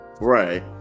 right